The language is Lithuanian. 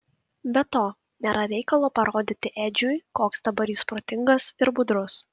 be to nėra reikalo parodyti edžiui koks dabar jis protingas ir budrus